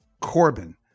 Corbin